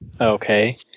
Okay